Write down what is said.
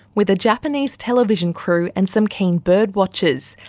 with a japanese television crew and some keen birdwatchers.